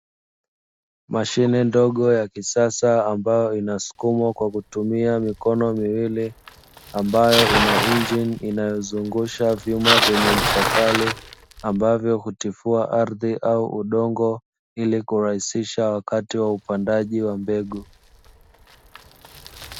Mashine ndogo ya kisasa ambayo inasukumwa kwa kutumia mikono miwili, ambayo ina injini inayozungusha vyuma vyenye ncha kali ambavyo hutifua ardhi au udongo ili kurahisisha wakati wa upandaji wa mbegu.